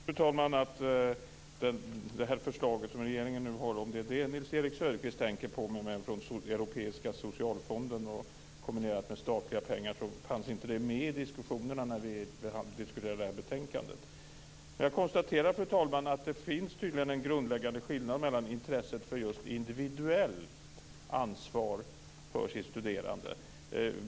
Fru talman! Jag konstaterar återigen att det förslag som regeringen har lagt fram - om det är det Nils Erik Söderqvist tänker på, med medel från Europeiska socialfonden kombinerat med statliga pengar - inte fanns med i resonemanget när vi diskuterade det här betänkandet. Jag konstaterar, fru talman, att det tydligen finns en grundläggande skillnad mellan oss när det gäller intresset för just individuellt ansvar för sitt studerande.